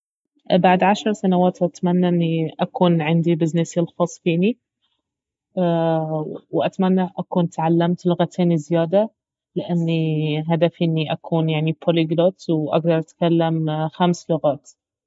بعد عشر سنوات أتمنى اني اكون عندي بزنسي الخاص فيني وأتمنى أكون تعلمت لغتين زيادة لاني هدفي اني اكون يعني بولي جلوت واقدر أتكلم خمس لغات